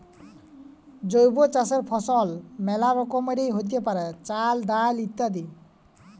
জৈব চাসের ফসল মেলা রকমেরই হ্যতে পারে, চাল, ডাল ইত্যাদি